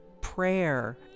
prayer